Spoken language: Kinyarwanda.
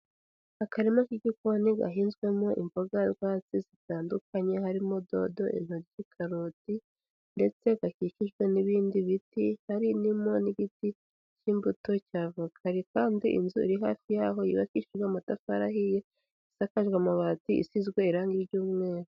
Akarima k'igikoni gahinzwemo imboga rwatsi zitandukanye, harimo dodo, intoryi, karoti ndetse gakikijwe n'ibindi biti, harimo n'igiti cy'imbuto cya avoka, hari kandi inzu iri hafi yaho yubakishijwe amatafari ahiye, isakajwe amabati, isizwe irangi ry'umweru.